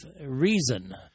reason